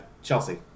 Chelsea